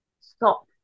stop